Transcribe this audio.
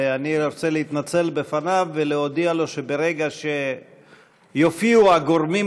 ואני רוצה להתנצל בפניו ולהודיע לו שברגע שיופיעו הגורמים